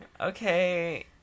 Okay